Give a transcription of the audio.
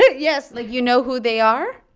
yes like, you know who they are?